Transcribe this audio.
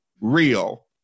real